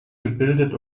gebildet